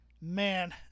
man